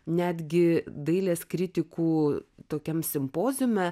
netgi dailės kritikų tokiam simpoziume